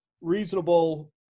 reasonable